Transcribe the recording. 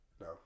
no